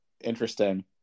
interesting